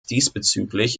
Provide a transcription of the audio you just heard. diesbezüglich